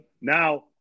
now